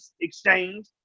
exchange